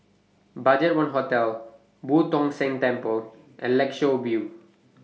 BudgetOne Hotel Boo Tong San Temple and Lakeshore View